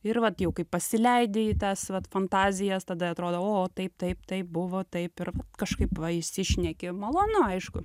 ir vat jau kai pasileidi į tas vat fantazijas tada atrodo o taip taip taip buvo taip ir kažkaip va išsišneki malonu aišku